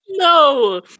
No